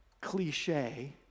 cliche